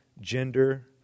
gender